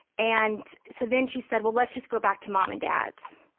and so then she said, well, let's just go back to mom and dad's,